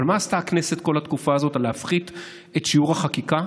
אבל מה עשתה הכנסת בכל התקופה הזאת כדי להפחית את שיעור החקיקה?